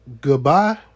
Goodbye